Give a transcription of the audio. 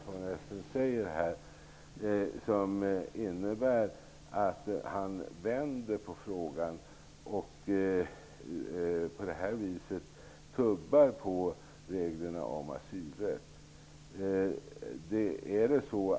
Herr talman! Det som Gustaf von Essen säger innebär att han vänder på frågan och på det viset tubbar på reglerna om asylrätt.